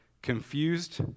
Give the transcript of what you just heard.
Confused